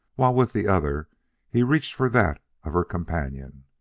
while with the other he reached for that of her companion.